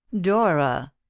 Dora